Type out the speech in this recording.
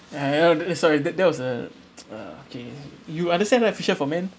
ya ya eh sorry that that was a ah okay you understand right fisher for man